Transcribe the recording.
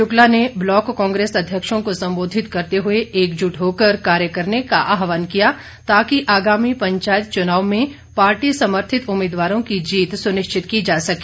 शुक्ला ने ब्लॉक कांग्रेस अध्यक्षों को संबोधित करते हुए एकजुट होकर कार्य करने का आहवान किया ताकि आगामी पंचायत चुनाव में पार्टी समर्थित उम्मीदवारों की जीत सुनिश्चित की जा सके